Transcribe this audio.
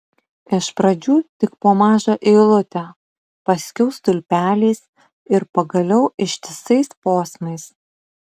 iš pradžių tik po mažą eilutę paskiau stulpeliais ir pagaliau ištisais posmais